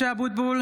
(קוראת בשמות חברי הכנסת) משה אבוטבול,